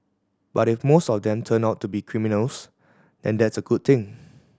but if most of them turn out to be criminals then that's a good thing